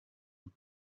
and